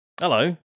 hello